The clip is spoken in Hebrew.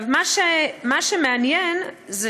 מה שמעניין זה